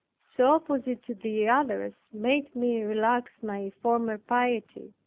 so opposite to the other's, made me relax my former piety.